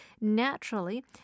naturally